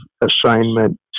assignment